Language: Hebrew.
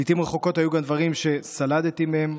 לעיתים רחוקות היו גם דברים שסלדתי מהם.